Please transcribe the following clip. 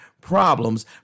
problems